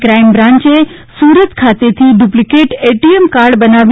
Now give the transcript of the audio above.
crime બ્રાંચે સુરત ખાતેથી duplicate ATM card બનાવી